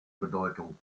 bedeutung